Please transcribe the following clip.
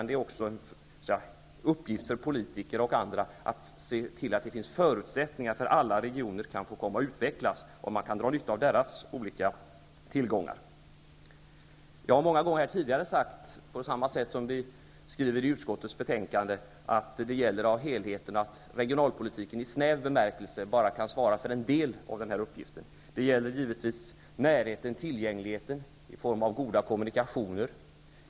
Det är också en uppgift för politiker och andra att se till att det finns förutsättningar för alla regioner att få utvecklas. Man kan dra nytta av deras olika tillgångar. Jag har många gånger tidigare sagt, på samma sätt som vi skriver i utskottets betänkande, att det gäller att se till helheten och att regionalpolitiken i snäv bemärkelse bara kan svara för en del av den här uppgiften. Det gäller givetvis närheten och tillgängligheten i form av goda kommunikationer.